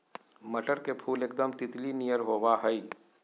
मटर के फुल एकदम तितली नियर होबा हइ